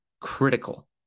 critical